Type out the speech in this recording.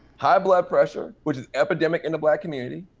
high blood pressure which is epidemic in the black community.